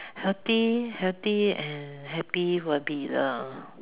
healthy healthy and happy will be the